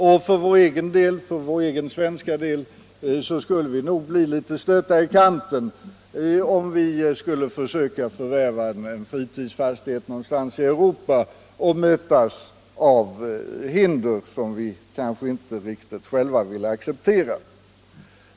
Och vi skulle nog på svensk sida bli litet stötta i kanten om vi försökte förvärva en fritidsfastighet någonstans i Europa och möttes av hinder som vi kanske inte riktigt vill acceptera.